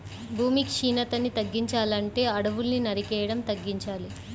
భూమి క్షీణతని తగ్గించాలంటే అడువుల్ని నరికేయడం తగ్గించాలి